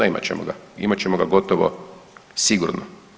Ne, imat ćemo ga, imat ćemo ga gotovo sigurno.